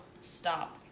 Stop